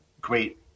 great